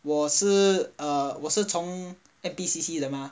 我是 err 我是从 N_P_C_C 的吗:dema